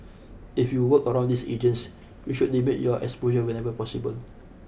if you work around these agents you should limit your exposure whenever possible